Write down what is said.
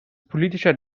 politischer